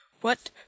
What